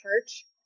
Church